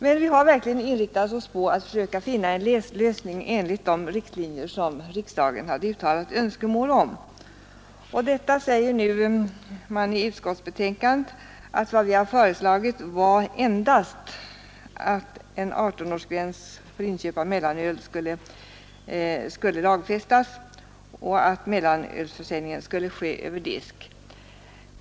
Men vi har verkligen inriktat oss på att försöka finna en lösning enligt de riktlinjer som riksdagen hade angivit. Om detta säger man nu i betänkandet att vad vi har föreslagit endast var att en 18-årsgräns för inköp av mellanöl skulle lagfästas och att mellanölsförsäljningen skulle ske över disk.